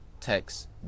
Text